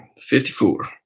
54